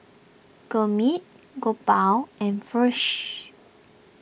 Gurmeet Gopal and